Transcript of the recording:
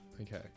Okay